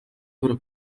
ihora